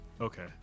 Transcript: Okay